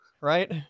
Right